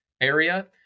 area